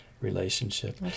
relationship